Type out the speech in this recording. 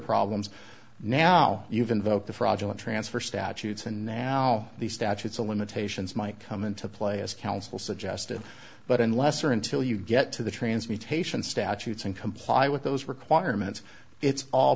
problems now you've invoked the fraudulent transfer statutes and now the statutes of limitations might come into play as counsel suggested but unless or until you get to the transmutation statutes and comply with those requirements it's all